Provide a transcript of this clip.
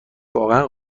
واقعا